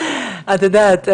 את יודעת,